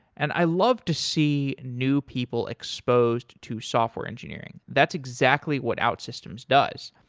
and i love to see new people exposed to software engineering. that's exactly what outsystems does.